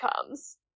comes